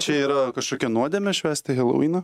čia yra kažkokia nuodėmė švęsti helovyną